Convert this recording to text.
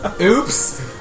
Oops